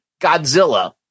Godzilla